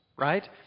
Right